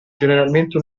generalmente